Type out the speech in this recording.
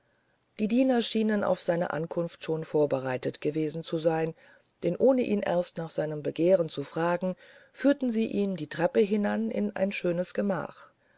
die diener schienen auf seine ankunft schon vorbereitet gewesen zu sein denn ohne ihn erst nach seinem begehren zu fragen führten sie ihn die treppe hinan in ein schönes gemach